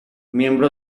miembro